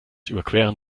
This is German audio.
überqueren